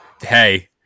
Hey